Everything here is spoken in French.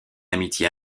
amitié